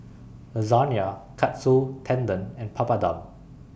Lasagna Katsu Tendon and Papadum